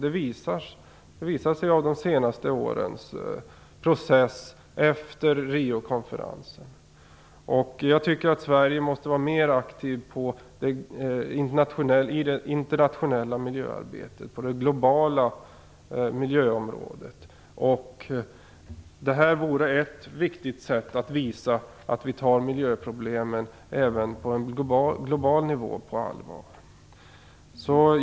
Det visar sig i de senaste årens process efter Riokonferensen. Jag tycker att Sverige måste vara mer aktivt i det internationella miljöarbetet och på det globala miljöområdet. Detta vore ett viktigt sätt att visa att vi även tar de globala miljöproblemen på allvar.